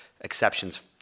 exceptions